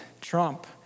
Trump